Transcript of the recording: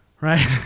right